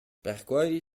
perquei